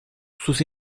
sus